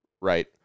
right